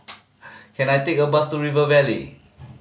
can I take a bus to River Valley